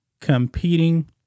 competing